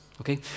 Okay